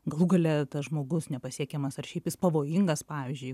galų gale tas žmogus nepasiekiamas ar šiaip jis pavojingas pavyzdžiui